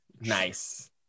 Nice